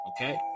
Okay